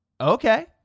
Okay